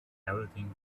everything